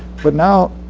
but now,